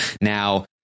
Now